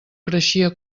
creixia